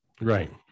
right